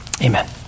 Amen